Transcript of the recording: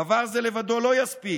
דבר זה לבדו לא יספיק,